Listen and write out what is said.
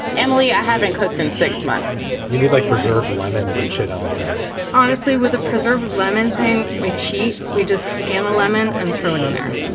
emily, i haven't cooked in six months you need like preserved lemons and shit on the internet honestly, with a preserved lemon thing, we cheat. we just scan a lemon and throw it in there.